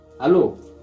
Hello